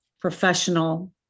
professional